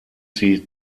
sie